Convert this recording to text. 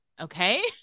okay